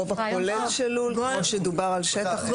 גובה כולל של לול כמו שדובר על שטח?